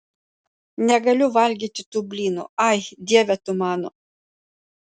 negaliu valgyti tų blynų ai dieve tu mano